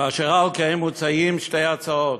ואשר על כן מוצעות שתי הצעות: